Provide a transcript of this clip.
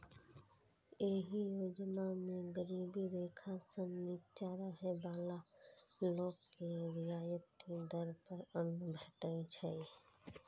एहि योजना मे गरीबी रेखा सं निच्चा रहै बला लोक के रियायती दर पर अन्न भेटै छै